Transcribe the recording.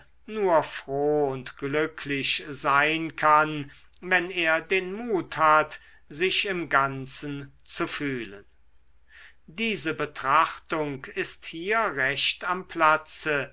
nur froh und glücklich sein kann wenn er den mut hat sich im ganzen zu fühlen diese betrachtung ist hier recht am platze